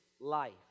life